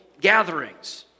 gatherings